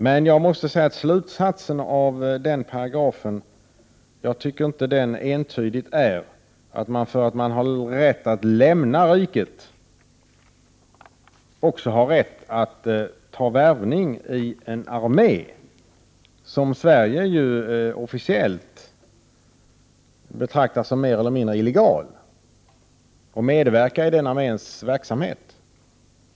Men jag anser inte att slutsatsen av denna paragraf entydigt är att man, därför att man har rätt att lämna riket, också har rätt att ta värvning i en armé —- vilken Sverige officiellt betraktar som mer eller mindre illegal — och medverka i den arméns verksamhet.